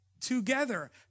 together